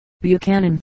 Buchanan